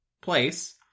place